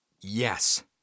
Yes